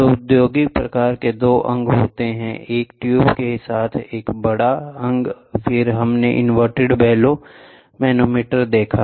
तो औद्योगिक प्रकार के दो अंग होते हैं एक ट्यूब के साथ एक बड़ा अंग फिर हमने इनवर्टेड बेलो मैनोमीटर देखा